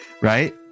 Right